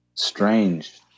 strange